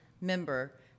member